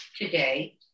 today